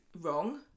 wrong